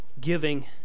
giving